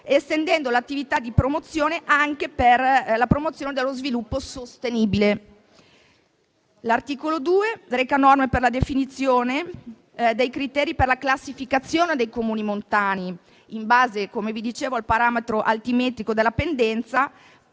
estendendo l'attività di promozione anche allo sviluppo sostenibile. L'articolo 2 reca norme per la definizione dei criteri per la classificazione dei Comuni montani in base al parametro altimetrico della pendenza